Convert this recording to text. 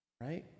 right